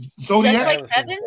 Zodiac